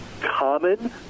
common